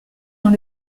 dans